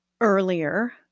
Earlier